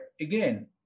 again